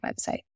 website